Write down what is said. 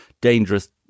dangerous